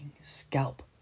scalp